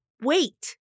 wait